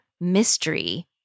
mystery